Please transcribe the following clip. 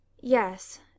Yes